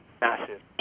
massive